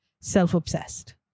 self-obsessed